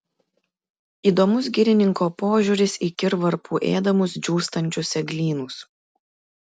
įdomus girininko požiūris į kirvarpų ėdamus džiūstančius eglynus